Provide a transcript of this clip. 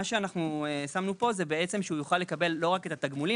מה שאנחנו שמנו פה זה את זה שהוא יוכל לקבל לא רק את התגמולים